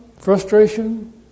frustration